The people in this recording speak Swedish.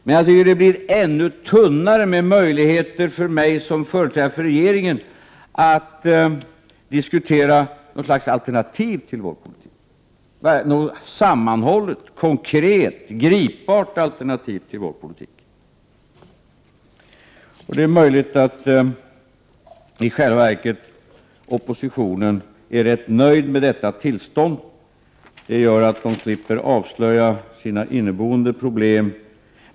Men jag tycker att det blir ännu tunnare med möjligheter för mig som företrädare för regeringen att diskutera något sammanhållet, konkret, gripbart alternativ till vår politik. Det är möjligt att oppositionen i själva verket är rätt nöjd med detta tillstånd — man slipper avslöja sina inneboende problem.